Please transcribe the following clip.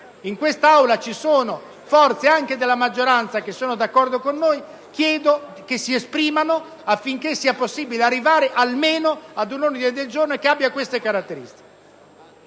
In quest'Aula ci sono forze anche della maggioranza che sono d'accordo con noi; chiedo quindi che si esprimano affinché sia possibile arrivare almeno ad un ordine del giorno che abbia queste caratteristiche.